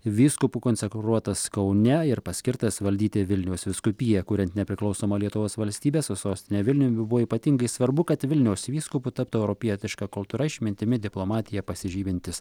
vyskupu konsekruotas kaune ir paskirtas valdyti vilniaus vyskupiją kuriant nepriklausomą lietuvos valstybę su sostine vilniumi buvo ypatingai svarbu kad vilniaus vyskupu taptų europietiška kultūra išmintimi diplomatija pasižymintis